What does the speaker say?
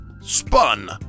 spun